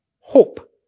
Hope